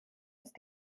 ist